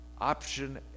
option